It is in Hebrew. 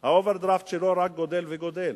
האוברדרפט שלו רק גדל וגדל.